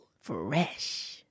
Fresh